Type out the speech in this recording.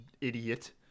Idiot